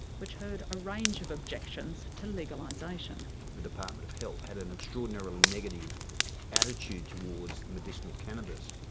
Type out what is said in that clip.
which heard a range of objections to legalisation. the department of health had an extraordinarily negative attitude towards medicinal cannabis.